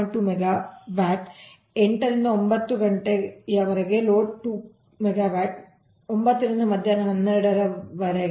2 megawatt 8 ರಿಂದ 9 ರವರೆಗೆ load 2 megawatt 9 ರಿಂದ ಮಧ್ಯಾಹ್ನ 12 ರವರೆಗೆ